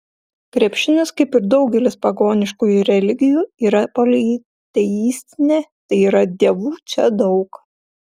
krepšinis kaip ir daugelis pagoniškųjų religijų yra politeistinė tai yra dievų čia daug